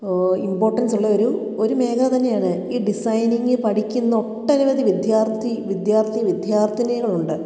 importance ഉള്ളൊരു ഒരു മേഖല തന്നെയാണ് ഈ ഡിസൈനിങ് പഠിക്കുന്ന ഒട്ടനവധി വിദ്യാർത്ഥി വിദ്യാർത്ഥി വിദ്യാർത്ഥിനികളുണ്ട്